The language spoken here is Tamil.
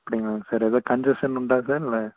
அப்படிங்களாங்க சார் எதாவது கண்ஜஷன் உண்டா சார் இல்லை